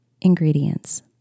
ingredients